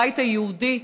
הבית היהודי,